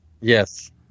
Yes